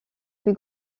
plus